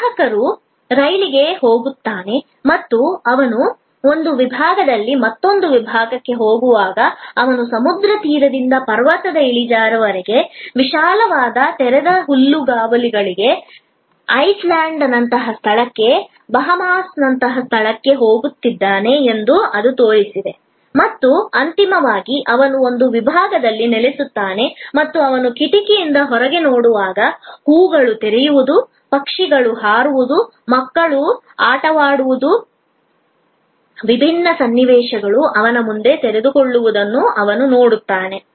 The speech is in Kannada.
ಗ್ರಾಹಕನು ರೈಲಿಗೆ ಹೋಗುತ್ತಾನೆ ಮತ್ತು ಅವನು ಒಂದು ವಿಭಾಗದಿಂದ ಮತ್ತೊಂದು ವಿಭಾಗಕ್ಕೆ ಹೋಗುವಾಗ ಅವನು ಸಮುದ್ರ ತೀರದಿಂದ ಪರ್ವತದ ಇಳಿಜಾರಿನವರೆಗೆ ವಿಶಾಲವಾದ ತೆರೆದ ಹುಲ್ಲುಗಾವಲುಗಳಿಗೆ ಐಸ್ಲ್ಯಾಂಡ್ನಂತಹ ಸ್ಥಳಕ್ಕೆ ಬಹಾಮಾಸ್ನಂತಹ ಸ್ಥಳಕ್ಕೆ ಹೋಗುತ್ತಿದ್ದಾನೆ ಎಂದು ಅದು ತೋರಿಸಿದೆ ಮತ್ತು ಅಂತಿಮವಾಗಿ ಅವನು ಒಂದು ವಿಭಾಗದಲ್ಲಿ ನೆಲೆಸುತ್ತಾನೆ ಮತ್ತು ಅವನು ಕಿಟಕಿಯಿಂದ ಹೊರಗೆ ನೋಡುವಾಗ ಹೂವುಗಳು ತೆರೆಯುವುದು ಪಕ್ಷಿಗಳು ಹಾರುವುದು ಮಕ್ಕಳು ಆಡುವುದು ವಿಭಿನ್ನ ಸನ್ನಿವೇಶಗಳು ಅವನ ಮುಂದೆ ತೆರೆದುಕೊಳ್ಳುವುದನ್ನು ಅವನು ನೋಡುತ್ತಾನೆ